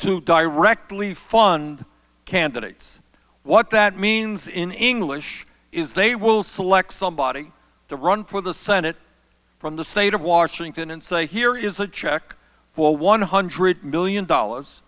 to directly fund candidates what that means in english is they will select somebody to run for the senate from the state of washington and say here is a check for one hundred million dollars